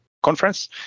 conference